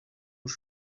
өөр